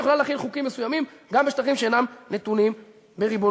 היא יכולה להחיל חוקים מסוימים גם בשטחים שאינם נתונים בריבונותה,